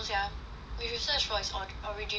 you should search for it's or~ origin eh